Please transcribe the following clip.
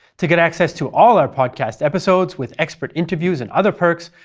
to get access to all ouyr podcast episodes with expert interviews and other perks,